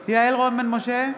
משה,